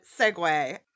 segue